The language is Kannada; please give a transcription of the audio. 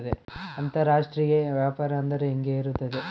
ಅಂತರಾಷ್ಟ್ರೇಯ ವ್ಯಾಪಾರ ಅಂದರೆ ಹೆಂಗೆ ಇರುತ್ತದೆ?